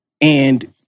and-